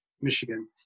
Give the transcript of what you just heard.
Michigan